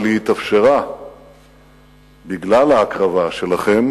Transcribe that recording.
אבל היא התאפשרה בגלל ההקרבה שלכם